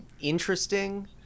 interesting